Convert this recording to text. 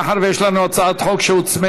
מאחר שיש לנו הצעת חוק שהוצמדה,